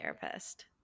therapist